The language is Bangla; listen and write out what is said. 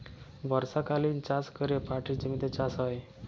বর্ষকালীল চাষ ক্যরে পাটের জমিতে চাষ হ্যয়